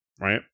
right